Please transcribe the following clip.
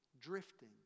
drifting